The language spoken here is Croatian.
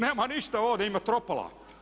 Nema ništa ovdje, ima metropola.